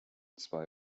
zwei